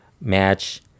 match